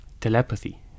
telepathy